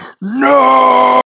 No